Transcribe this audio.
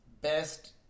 best